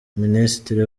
ministri